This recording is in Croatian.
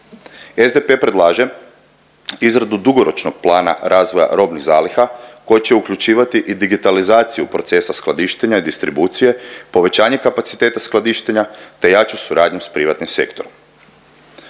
SDP predlaže izradu dugoročnog plana razvoja robnih zaliha koji će uključivati i digitalizaciju procesa skladištenja i distribucije, povećanje kapaciteta skladištenja, te jaču suradnju s privatnim sektorom.